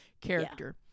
character